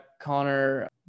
Connor